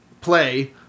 play